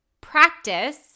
practice